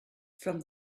from